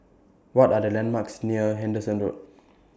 What Are The landmarks near Henderson Road